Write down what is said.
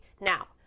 Now